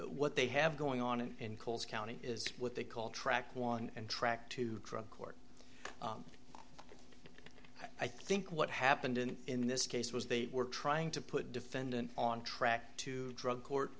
what they have going on in coles county is what they call track one and track two drug court i think what happened in in this case was they were trying to put defendant on track to drug court